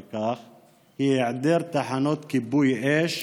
היא היעדר תחנות כיבוי אש